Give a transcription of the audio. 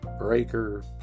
Breaker